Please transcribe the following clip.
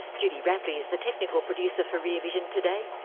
judy rapley is the technical producer for rear vision today.